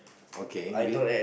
okay be~